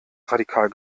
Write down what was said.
radikal